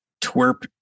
twerp